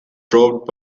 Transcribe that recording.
dropped